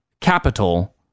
capital